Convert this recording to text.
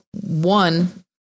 One